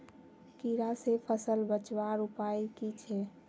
कीड़ा से फसल बचवार की उपाय छे?